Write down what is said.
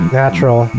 natural